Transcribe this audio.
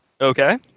Okay